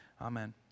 amen